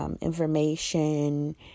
information